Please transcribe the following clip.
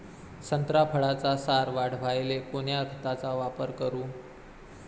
संत्रा फळाचा सार वाढवायले कोन्या खताचा वापर करू?